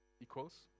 equals